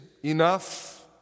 enough